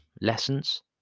lessons